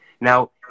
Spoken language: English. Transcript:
Now